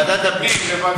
לאיזה ועדה אתם מבקשים להעביר?